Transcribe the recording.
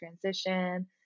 transition